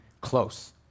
close